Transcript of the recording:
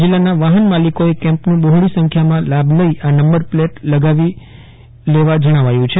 જિલ્લાના વાહન માલિકોએ કેમ્પનું બહોળી સંખ્યામાં લાભ લઇ આ નંબર પ્લેટ લગાવી કરાવી લેવા જણાવ્યું છે